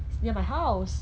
it's near my house